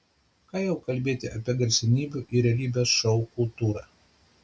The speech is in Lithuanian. ką jau kalbėti apie garsenybių ir realybės šou kultūrą